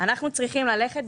אנחנו צריכים ללכת,